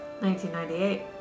1998